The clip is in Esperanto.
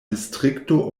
distrikto